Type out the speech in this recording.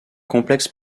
complexe